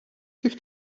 kif